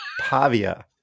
Pavia